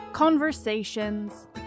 Conversations